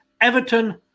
Everton